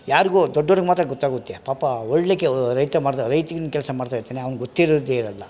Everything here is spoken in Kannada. ಯಾರಿಗು ದೊಡ್ಡೊರ್ಗೆ ಮಾತ್ರ ಗೊತ್ತಾಗುತ್ತೆ ಪಾಪ ಒಳ್ಳೆ ಕೆ ರೈತ ಮಾಡಿದ ರೈತನು ಕೆಲಸ ಮಾಡ್ತಾಯಿರ್ತನೆ ಅವ್ನಿಗೆ ಗೊತ್ತೇ ಇರೋದೇ ಇರೊಲ್ಲ